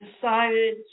decided